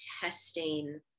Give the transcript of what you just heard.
testing